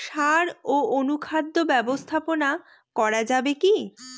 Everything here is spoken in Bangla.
সাড় ও অনুখাদ্য ব্যবস্থাপনা করা যাবে কি?